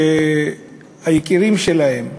שהיקירים שלהם,